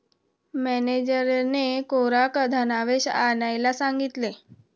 मॅनेजरने कोरा धनादेश आणायला सांगितले